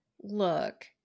look